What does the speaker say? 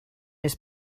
his